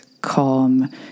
calm